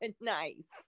nice